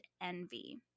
envy